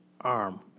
arm